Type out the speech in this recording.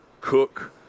Cook